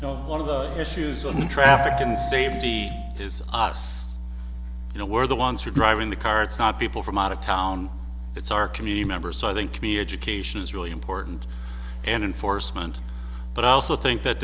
you know one of the issues with traffic and safety is us you know we're the ones who are driving the car it's not people from out of town it's our community members so i think to be education is really important and in force meant but i also think that